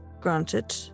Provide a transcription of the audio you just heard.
granted